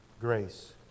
grace